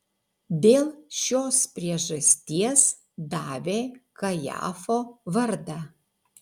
dėl šios priežasties davė kajafo vardą